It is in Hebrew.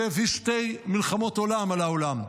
זה הביא שתי מלחמות עולם על העולם.